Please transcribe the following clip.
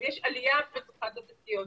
יש עלייה בצריכת השקיות.